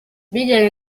bijyanye